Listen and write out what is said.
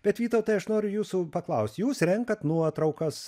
bet vytautai aš noriu jūsų paklaust jūs renkat nuotraukas